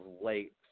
late